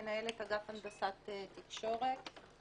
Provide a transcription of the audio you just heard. מנהלת אגף הנדסת תקשורת.